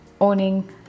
owning